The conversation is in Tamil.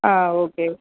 ஆ ஓகே